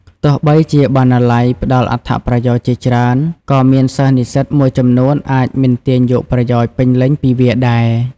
ទោះបីជាបណ្ណាល័យផ្ដល់អត្ថប្រយោជន៍ជាច្រើន ក៏មានសិស្សនិស្សិតមួយចំនួនអាចមិនទាញយកប្រយោជន៍ពេញលេញពីវាដែរ។